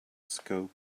scope